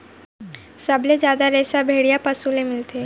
सबले जादा रेसा भेड़िया पसु ले मिलथे